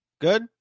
good